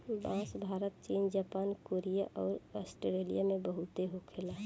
बांस भारत चीन Japan Korea अउर आस्ट्रेलिया में बहुते होखे ला